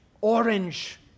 orange